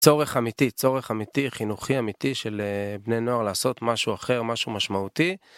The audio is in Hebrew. צורך אמיתי צורך אמיתי חינוכי אמיתי של בני נוער לעשות משהו אחר משהו משמעותי.